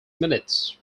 minutes